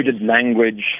language